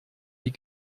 die